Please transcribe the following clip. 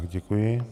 Děkuji.